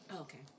Okay